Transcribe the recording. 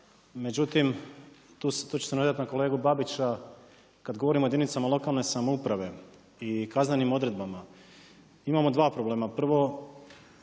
međutim tu ću se nadovezati na kolegu Babića, kada govorimo o jedinicama lokalne samouprave i kaznenim odredbama imamo dva problema.